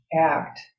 act